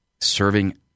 serving